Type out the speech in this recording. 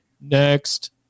next